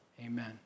Amen